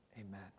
Amen